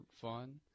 fun